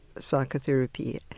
psychotherapy